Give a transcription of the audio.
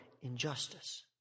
injustice